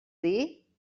dir